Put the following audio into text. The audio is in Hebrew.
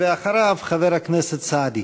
אחריו, חבר הכנסת סעדי.